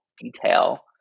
detail